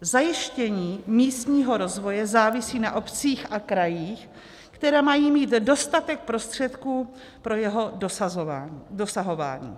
Zajištění místního rozvoje závisí na obcích a krajích, které mají mít dostatek prostředků pro jeho dosahování.